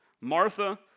Martha